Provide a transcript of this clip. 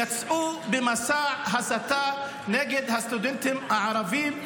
יצאו במסע הסתה נגד הסטודנטים הערבים.